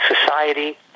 society